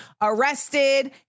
arrested